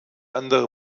andere